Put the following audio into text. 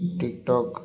TikTok